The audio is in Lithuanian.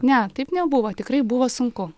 ne taip nebuvo tikrai buvo sunku